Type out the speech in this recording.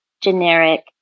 generic